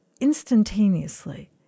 instantaneously